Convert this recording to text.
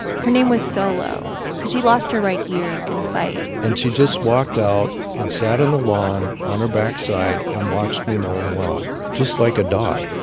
her name was solo solo because she lost her right ear in a fight and she just walked out and sat on the lawn on her backside and watched me mow the lawn just like a dog.